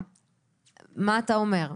מה אתה אומר?